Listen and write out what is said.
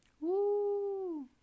Woo